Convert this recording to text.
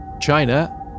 China